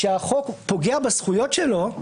שהחוק פוגע בזכויות שלו,